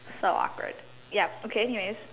so awkward ya okay anyways